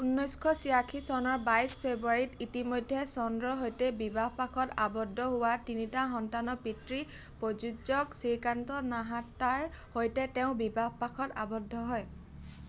ঊনৈছশ ছয়াশী চনৰ বাইছ ফেব্ৰুৱাৰীত ইতিমধ্যে চন্দ্ৰৰ সৈতে বিবাহপাশত আবদ্ধ হোৱা তিনিটা সন্তানৰ পিতৃ প্ৰযোজক শ্ৰীকান্ত নাহাতাৰ সৈতে তেওঁ বিবাহপাশত আবদ্ধ হয়